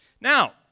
Now